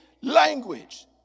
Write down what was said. language